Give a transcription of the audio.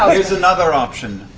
here's another option.